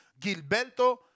Gilberto